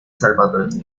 salvadoreño